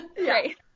Right